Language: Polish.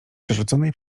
przerzuconej